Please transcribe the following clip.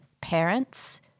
parents